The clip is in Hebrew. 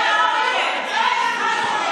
אתכם.